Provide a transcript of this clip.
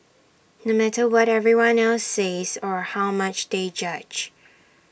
no matter what everyone else says or how much they judge